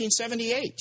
1978